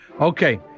Okay